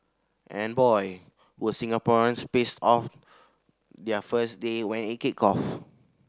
and boy were Singaporeans pissed on their first day when it kicked off